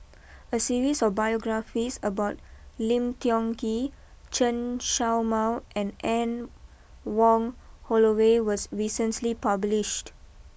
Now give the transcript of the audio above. a series of biographies about Lim Tiong Ghee Chen show Mao and Anne Wong Holloway was recently published